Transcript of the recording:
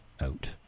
out